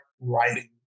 writing